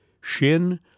Shin